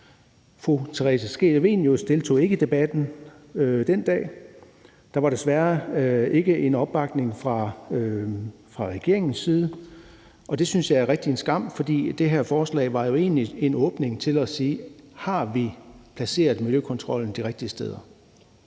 Fru Theresa Scavenius deltog ikke i debatten den dag. Der var desværre ikke en opbakning fra regeringens side, og det synes jeg er en skam, for det her forslag var jo egentlig en åbning til at sige: Har vi placeret miljøkontrollen de rigtige steder?